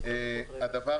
אני לא רוצה לחזור על זה.